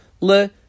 Le